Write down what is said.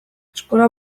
eskola